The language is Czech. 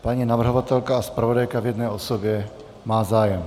Paní navrhovatelka a zpravodajka v jedné osobě má zájem.